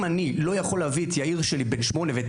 אם אני לא יכול להביא את יאיר שלי בן 8 ואת